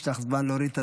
תודה, יושב-ראש הישיבה,